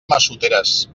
massoteres